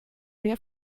mehr